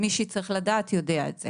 מי שצריך לדעת יודע את זה